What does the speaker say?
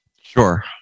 Sure